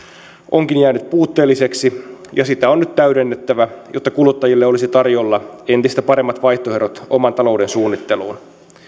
onkin jäänyt puutteelliseksi ja sitä on nyt täydennettävä jotta kuluttajille olisi tarjolla entistä paremmat vaihtoehdot oman talouden suunnitteluun